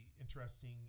interesting